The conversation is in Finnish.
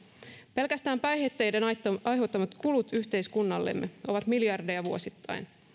pelkästään päihteiden aiheuttamat aiheuttamat kulut yhteiskunnallemme ovat miljardeja vuosittain